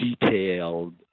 detailed